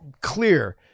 clear